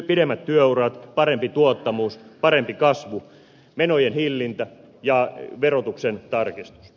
pidemmät työurat parempi tuottavuus parempi kasvu menojen hillintä ja verotuksen tarkistus